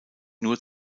nur